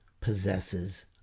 possesses